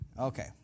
Okay